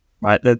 right